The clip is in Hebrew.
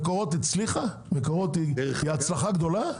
מקורות היא הצלחה גדולה?